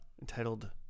Entitled